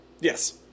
Yes